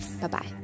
Bye-bye